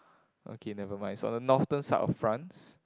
okay never mind so on the northen side of France